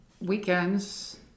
weekends